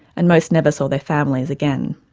and most never saw their families again.